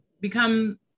become